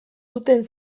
duten